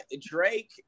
Drake